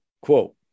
Quote